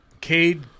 Cade